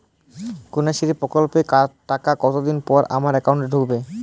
কন্যাশ্রী প্রকল্পের টাকা কতদিন পর আমার অ্যাকাউন্ট এ ঢুকবে?